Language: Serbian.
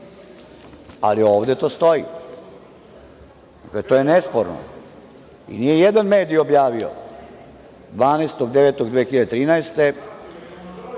Ali, ovde to stoji. To je nesporno. I nije jedan medij objavio, 12. 09. 2013.